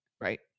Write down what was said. Right